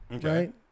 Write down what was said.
right